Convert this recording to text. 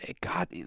God